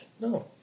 No